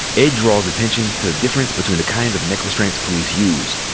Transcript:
ed draws attention to the difference between the kinds of neck restraints police use,